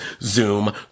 Zoom